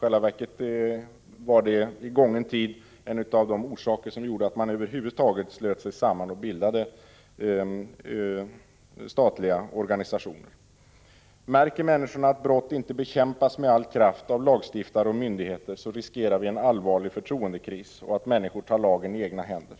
Det var i själva verket en av orsakerna till att man i gången tid slöt sig samman och bildade statliga organisationer. Om människor märker att brott inte bekämpas med all kraft av lagstiftare och myndigheter riskerar vi en allvarlig förtroendekris och att människor tar lagen i egna händer.